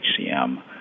HCM